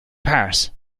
paris